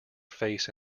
face